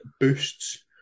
boosts